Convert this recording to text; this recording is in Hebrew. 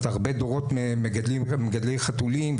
הרבה דורות מגדלים חתולים,